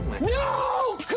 No